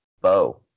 bow